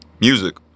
music